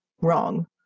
wrong